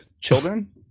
children